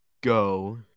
go